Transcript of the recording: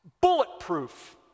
bulletproof